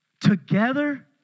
together